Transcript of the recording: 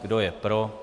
Kdo je pro?